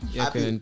happy